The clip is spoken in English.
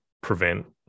prevent